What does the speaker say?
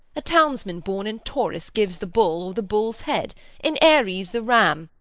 a townsman born in taurus, gives the bull, or the bull's-head in aries, the ram,